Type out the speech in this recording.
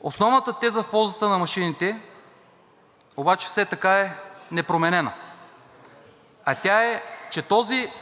Основната теза в полза на машините обаче все така е непроменена, а тя е, че този